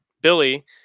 Billy